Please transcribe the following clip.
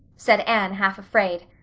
said anne, half afraid.